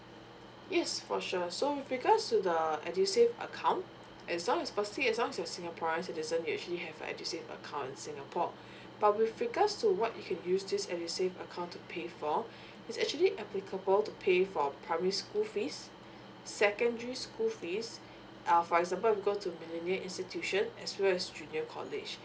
yes for sure so with regards to the edusave account as long as singaporean citizen you actually have a edusave account in singapore but with regards to what you can use this edusave account to pay for it's actually applicable to pay for primary school fees secondary school fees uh for example go to millennia institute as well as junior college